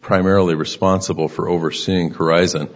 primarily responsible for overseeing horizon